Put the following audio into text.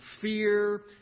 fear